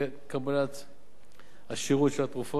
לקבלת השירות של התרופות.